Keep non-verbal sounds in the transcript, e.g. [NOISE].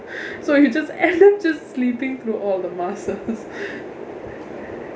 so you just end up just sleeping through all the masses [LAUGHS]